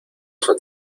eso